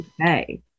okay